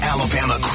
Alabama